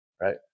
right